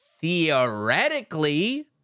Theoretically